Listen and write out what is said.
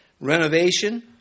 renovation